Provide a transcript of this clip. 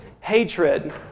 hatred